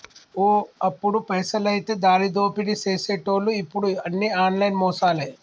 ఓ అప్పుడు పైసలైతే దారిదోపిడీ సేసెటోళ్లు ఇప్పుడు అన్ని ఆన్లైన్ మోసాలే